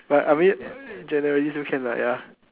but I mean generally still can lah ya